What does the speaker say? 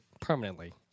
permanently